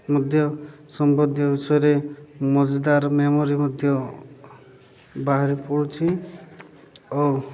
ମଧ୍ୟ ସମ୍ବନ୍ଧୀୟ ବିଷୟରେ ମଜାଦାର୍ ମେମୋରି ମଧ୍ୟ ବାହାରି ପଡ଼ୁଛି ଆଉ